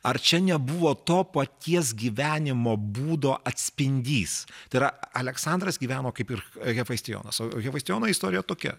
ar čia nebuvo to paties gyvenimo būdo atspindys tai yra aleksandras gyveno kaip ir hefaistijonas o hefaistijono istorija tokia